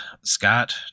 Scott